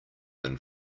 than